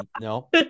no